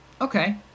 Okay